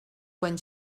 quan